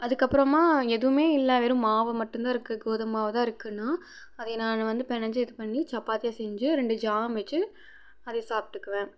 அதுக்கப்புறமா எதுவுமே இல்லை வெறும் மாவு மட்டும் தான் இருக்கு கோதும் மாவு தான் இருக்குன்னா அதையே நான் வந்து பினைஞ்சி இது பண்ணி சப்பாத்தியாக செஞ்சு ரெண்டு ஜாம் வச்சு அதை சாப்பிட்டுக்குவேன்